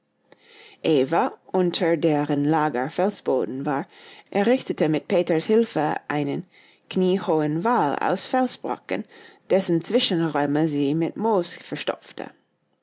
eva unter deren lager felsboden war errichtete mit peters hilfe einen kniehohen wall aus felsbrocken dessen zwischenräume sie mit moos verstopfte